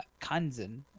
Kanzen